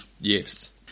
Yes